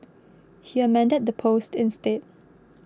he amended the post instead